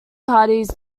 parties